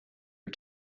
are